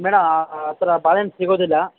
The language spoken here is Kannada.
ಮೇಡಮ್ ಆ ಆ ಥರ ಬಾಳೆಹಣ್ ಸಿಗೋದಿಲ್ಲ